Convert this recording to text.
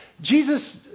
Jesus